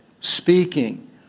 speaking